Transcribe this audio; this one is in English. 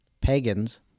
pagans